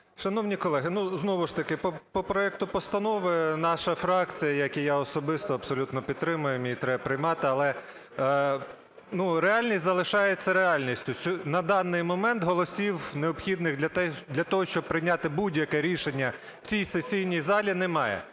Шановні колеги, ну знову ж таки, по проекту Постанови наша фракція, як і я особисто, абсолютно підтримуємо, її треба приймати. Але, ну реальність залишається реальністю: на даний момент голосів, необхідних для того, щоб прийняти будь-яке рішення, в цій сесійній залі немає.